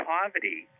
Poverty